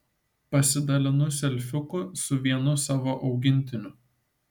pasidalinu selfiuku su vienu savo augintiniu